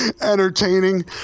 entertaining